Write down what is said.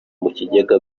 mukigega